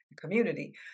community